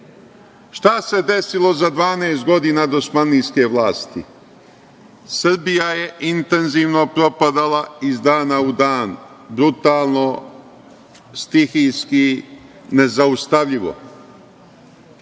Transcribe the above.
Šta se desilo za 12 godina dosmanlijske vlasti? Srbija je intenzivno propada iz dana u dan, brutalno, stihijski, nezaustavljivo.